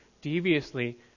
deviously